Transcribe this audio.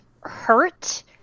hurt